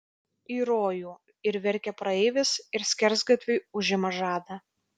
į rojų ir verkia praeivis ir skersgatviui užima žadą